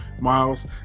Miles